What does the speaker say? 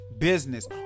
business